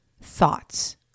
thoughts